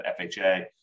FHA